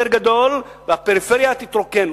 והפריפריה תתרוקן,